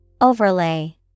Overlay